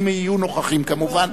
אם יהיו נוכחים כמובן,